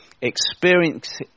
experience